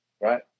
right